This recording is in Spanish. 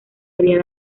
había